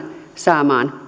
saamaan